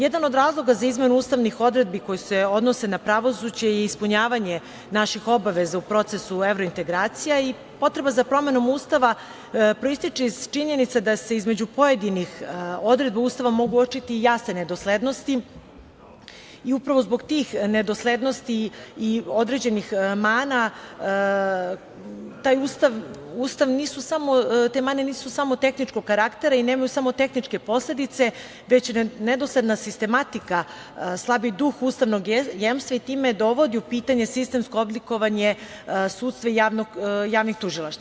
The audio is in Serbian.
Jedan od razloga za izmenu ustavnih odredbi koje se odnose na pravosuđe i ispunjavanje naših obaveza u procesu evrointegracija, ali i potreba za promenom Ustava proističe iz činjenica da se između pojedinih odredbi Ustava mogu uočiti jasne nedoslednosti i upravo zbog tih nedoslednosti i određenih mana koje nisu samo tehničkog karaktera i nemaju samo tehničke posledice, već nedosledna sistematika slabi duh ustavnog jemstva i time dovodi u pitanje sistemsko oblikovanje sudstva i javnih tužilaštva.